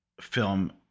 film